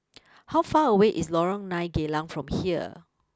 how far away is Lorong nine Geylang from here